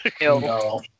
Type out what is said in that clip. No